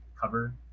cover